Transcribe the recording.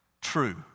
true